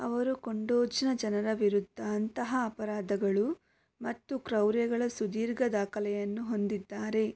ಅವರು ಕೊಂಡೋಜ್ನ ಜನರ ವಿರುದ್ಧ ಅಂತಹ ಅಪರಾಧಗಳು ಮತ್ತು ಕ್ರೌರ್ಯಗಳ ಸುದೀರ್ಘ ದಾಖಲೆಯನ್ನು ಹೊಂದಿದ್ದಾರೆ